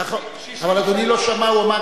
60 שנה.